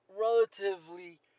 Relatively